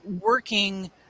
working